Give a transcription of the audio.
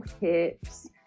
hips